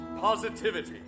positivity